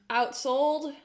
outsold